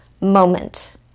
moment